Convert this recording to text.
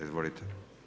Izvolite.